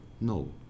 no